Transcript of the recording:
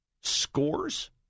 scores